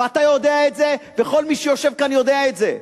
ואתה יודע את זה וכל מי שיושב כאן יודע את זה.